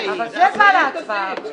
אבל זה בא להצבעה עכשיו.